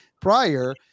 prior